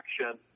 action